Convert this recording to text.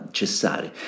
cessare